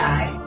Die